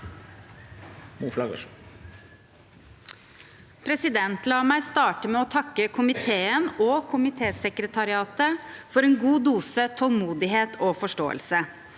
for saken): La meg starte med å takke komiteen og komitésekretariatet for en god dose tålmodighet og forståelse.